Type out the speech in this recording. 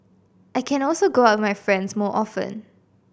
I can also go out with my friends more often